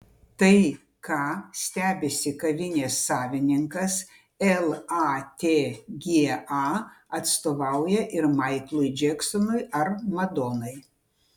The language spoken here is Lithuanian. tai ką stebisi kavinės savininkas latga atstovauja ir maiklui džeksonui ar madonai